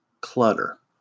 clutter